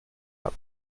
hat